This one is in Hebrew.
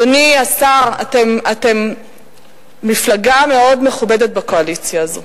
אדוני השר, אתם מפלגה מאוד מכובדת בקואליציה הזאת.